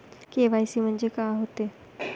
KYC म्हंनजे का होते?